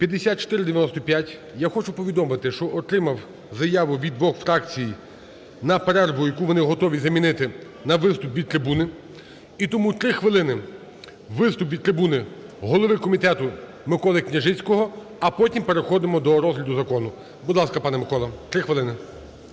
5495, я хочу повідомити, що отримав заяву від двох фракцій на перерву, яку вони готові замінити на виступ від трибуни. І тому 3 хвилини – виступ від трибуни голови комітету Миколи Княжицького, а потім переходимо до розгляду закону. Будь ласка, пане Миколо, 3 хвилини.